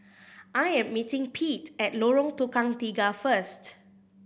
I am meeting Pete at Lorong Tukang Tiga first